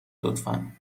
لطفا